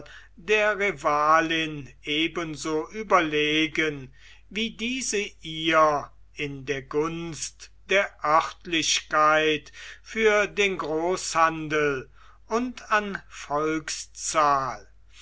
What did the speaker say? der rivalin ebenso überlegen wie diese ihr in der gunst der örtlichkeit für den großhandel und an